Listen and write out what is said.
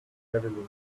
heavily